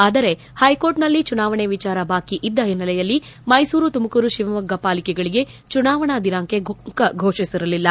ಆದರೆ ಹೈಕೋರ್ಟ್ನಲ್ಲಿ ಚುನಾವಣೆ ವಿಚಾರ ಬಾಕಿ ಇದ್ದ ಹಿನ್ನೆಲೆಯಲ್ಲಿ ಮೈಸೂರು ತುಮಕೂರು ಶಿವಮೊಗ್ಗ ಪಾಲಿಕೆಗಳಿಗೆ ಚುನಾವಣಾ ದಿನಾಂಕ ಫೋಷಿಸಿರಲಿಲ್ಲ